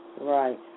Right